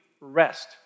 rest